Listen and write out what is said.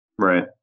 Right